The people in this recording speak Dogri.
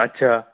अच्छा